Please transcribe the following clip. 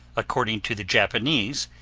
according to the japanese,